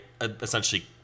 essentially